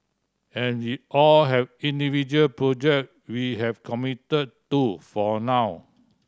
and we all have individual project we have committed to for now